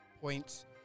points